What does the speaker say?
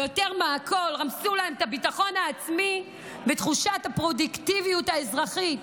יותר מכול רמסו להם את הביטחון העצמי ותחושת הפרודוקטיביות האזרחית.